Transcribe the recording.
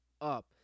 up